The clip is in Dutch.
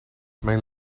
mijn